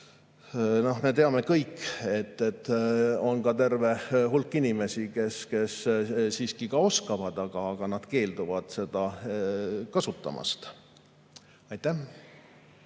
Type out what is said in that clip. teame, et on terve hulk inimesi, kes siiski keelt oskavad, aga nad keelduvad seda kasutamast. Aitäh!